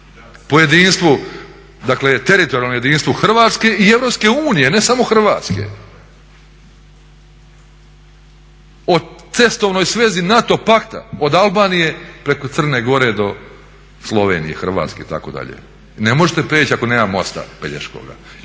po jedinstvu, dakle teritorijalnom jedinstvu Hrvatske i EU, ne samo Hrvatske. O cestovnoj svezi NATO pakta od Albanije preko Crne Gore do Slovenije, Hrvatske itd. Ne možete prijeći ako nema mosta Pelješkoga.